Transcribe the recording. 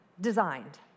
designed